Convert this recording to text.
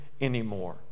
anymore